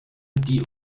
die